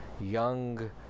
young